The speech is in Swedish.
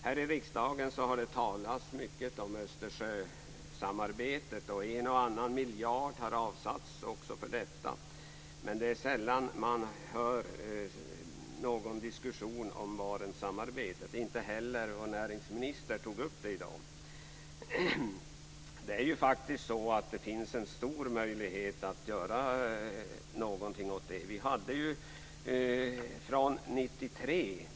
Här i riksdagen har det talats mycket om Östersjösamarbetet, och en och annan miljard har avsatts också för detta. Men det är sällan man hör någon diskussion om Barentssamarbetet. Inte heller näringsministern tog upp det i dag. Det finns faktiskt stora möjligheter att göra något åt det.